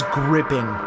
gripping